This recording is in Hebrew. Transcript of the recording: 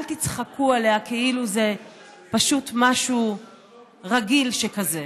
אל תצחקו עליה כאילו זה פשוט משהו רגיל שכזה.